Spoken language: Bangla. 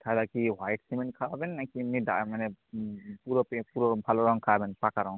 তাহলে কি হোয়াইট সিমেন্ট খাওয়াবেন নাকি এমনি ডায় মানে পুরো পে পুরো ভালো রঙ খাওয়াবেন পাকা রঙ